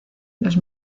los